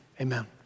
Amen